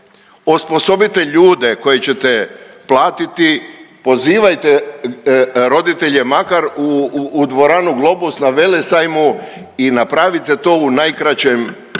osposobite ljude koje ćete platiti, pozivajte roditelje makar u dvoranu Globus na Velesajmu i napravite to u najkraćem